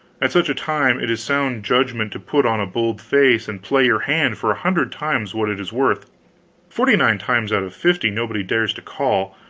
at such a time it is sound judgment to put on a bold face and play your hand for a hundred times what it is worth forty-nine times out of fifty nobody dares to call,